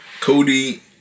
Cody